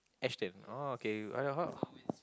Ashton oh okay